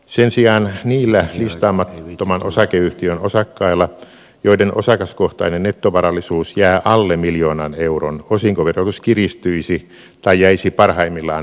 sen sijaan niillä listaamattoman osakeyhtiön osakkailla joiden osakaskohtainen nettovarallisuus jää alle miljoonan euron osinkoverotus kiristyisi tai jäisi parhaimmillaan ennalleen